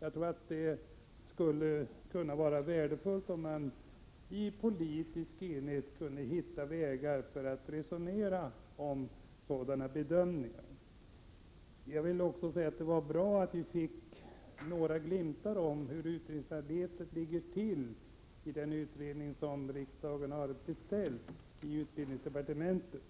Jag tror att det skulle vara värdefullt om man i politisk enighet kunde hitta vägar för att resonera om sådana bedömningar. Jag vill också säga att det var bra att vi fick några glimtar om hur utredningsarbetet ligger till i den utredning som riksdagen har beställt i utbildningsdepartementet.